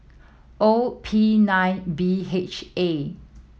O P nine B H A